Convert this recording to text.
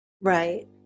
Right